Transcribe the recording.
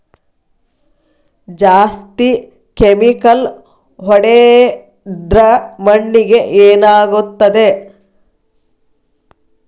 ಜಾಸ್ತಿ ಕೆಮಿಕಲ್ ಹೊಡೆದ್ರ ಮಣ್ಣಿಗೆ ಏನಾಗುತ್ತದೆ?